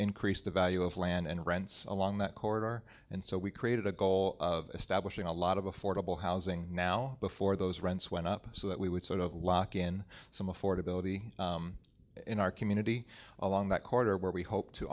increase the value of land and rents along that corridor and so we created a goal of establishing a lot of affordable housing now before those rents went up so that we would sort of lock in some affordability in our community along that corridor where we hope to